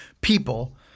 people